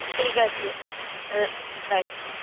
ঠিক আছে রাখছি